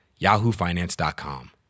yahoofinance.com